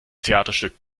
theaterstück